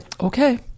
okay